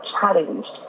challenged